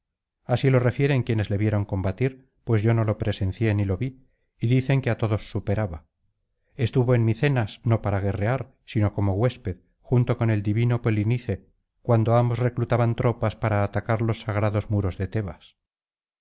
así lo refieren quienes le vieron combatir pues yo no lo presencié ni lo vi y dicen que á todos superaba estuvo en micenas no para guerrear sino como huésped junto con el divino polinice cuando ambos reclutaban tropas para atacar los sagrados muros de tebas